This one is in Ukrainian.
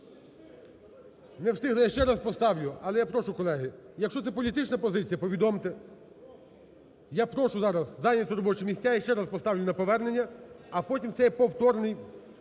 Не встигли, я ще раз поставлю. Але я прошу, колеги, якщо це політична позиція, повідомте. Я прошу зараз зайняти робочі місця, я ще раз поставлю на повернення, а потім це є повторний